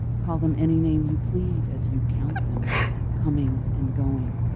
call them any name you please as you count them coming and going,